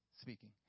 speaking